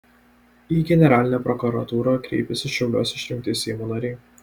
į generalinę prokuratūrą kreipėsi šiauliuos išrinkti seimo nariai